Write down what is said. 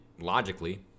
logically